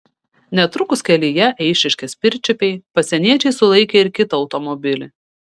netrukus kelyje eišiškės pirčiupiai pasieniečiai sulaikė ir kitą automobilį